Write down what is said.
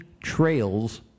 Trails